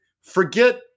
forget